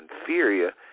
Inferior